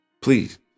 Please